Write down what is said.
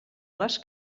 les